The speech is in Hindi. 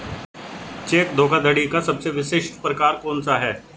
चेक धोखाधड़ी का सबसे विशिष्ट प्रकार कौन सा है?